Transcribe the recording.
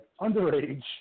underage